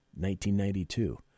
1992